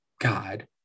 God